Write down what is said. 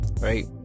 right